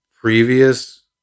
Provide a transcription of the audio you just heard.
previous